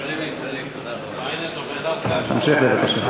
המשך, בבקשה.